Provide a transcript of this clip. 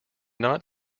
not